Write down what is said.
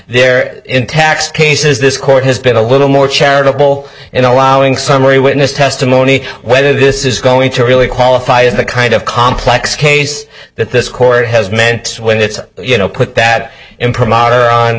there in tax cases this court has been a little more charitable in allowing summary witness testimony whether this is going to really qualify in the kind of complex case that this court has meant when it's you know put that imprimatur